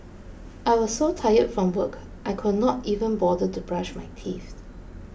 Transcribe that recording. I was so tired from work I could not even bother to brush my teeth